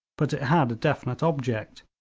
but it had a definite object,